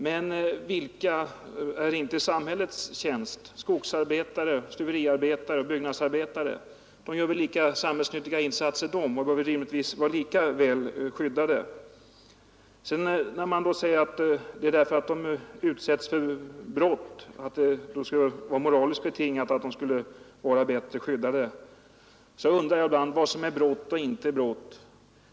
Men vilka är inte i samhällets tjänst? Skogsarbetare, stuveriarbetare och byggnadsarbetare gör väl lika samhällsnyttiga insatser, och då bör de rimligtvis vara lika väl skyddade. Man säger att poliserna bör skyddas väl därför att de utsätts för brott — det bättre skyddet skulle alltså vara moraliskt betingat. Ja, jag undrar ibland vad som är brott och inte brott.